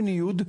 או ניוד.